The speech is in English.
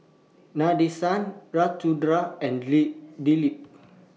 Nadesan Ramchundra and Dilip